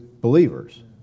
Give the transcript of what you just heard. believers